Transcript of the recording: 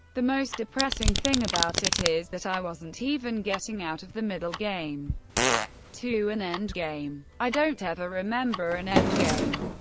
the most depressing thing about it is that i wasn't even getting out of the middle game to an endgame. i don't ever remember an endgame.